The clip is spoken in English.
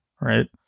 right